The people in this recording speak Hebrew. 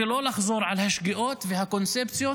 ולא לחזור על השגיאות והקונספציות.